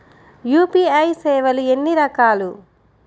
UPI సేవలు ఎన్నిరకాలు?